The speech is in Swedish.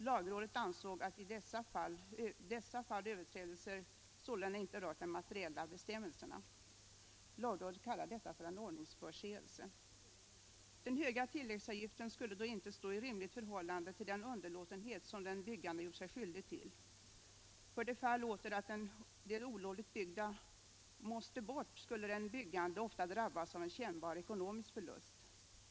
Lagrådet ansåg att i dessa fall överträdelser sålunda inte rört de materiella bestämmelserna. Detta kallade lagrådet för en ordningsförseelse. Den höga tilläggsavgiften skulle då inte stå i rimligt förhållande till den underlåtenhet som den byggande gjort sig skyldig till. För det fall åter att det olovligt byggda måste bort skulle den byggande ofta drabbas av en kännbar ekonomisk förlust.